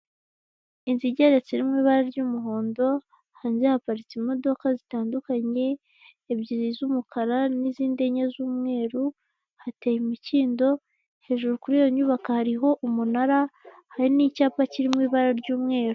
Inzu igeretse iri mu ibara ry'umuhondo, hanze haparitse imodoka zitandukanye, ebyiri z'umukara n'izindi enye z'umweru, hateye imikindo, hejuru kuri iyo nyubako hariho umunara, hari n'icyapa kiri mu ibara ry'umweru.